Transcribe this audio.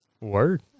Word